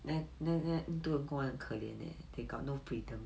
then then then 很可怜 leh they got no freedom